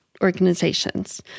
organizations